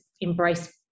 embrace